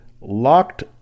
locked